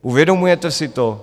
Uvědomujete si to?